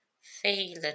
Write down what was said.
feeling